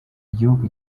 igihugu